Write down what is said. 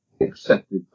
accepted